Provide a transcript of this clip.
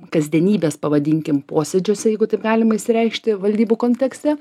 kasdienybės pavadinkim posėdžiuose jeigu taip galima išsireikšti valdybų kontekste